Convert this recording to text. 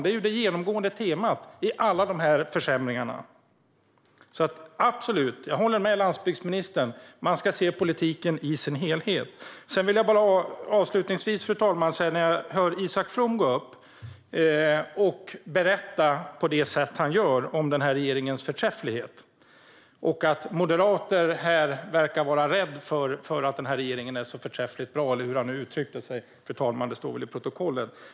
Det är det genomgående temat i alla dessa försämringar. Så jag håller absolut med landsbygdsministern om att man ska se politiken i dess helhet. Avslutningsvis, fru talman, hörde jag Isak From gå upp och berätta på det sätt han gör om regeringens förträfflighet och att moderater verkar rädda därför att regeringen är så förträffligt bra, eller hur han nu uttryckte sig - det står väl i protokollet.